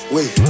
Wait